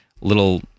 little